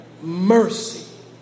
Mercy